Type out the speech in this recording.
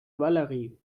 valerie